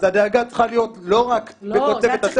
אז הדאגה צריכה להיות לא רק בכותלי בית הספר.